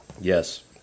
Yes